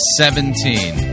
seventeen